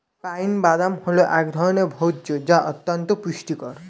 pine বাদাম হল এক ধরনের ভোজ্য যা অত্যন্ত পুষ্টিকর